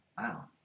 Wow